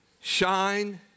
shine